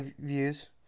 views